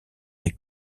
des